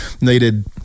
needed